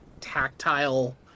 tactile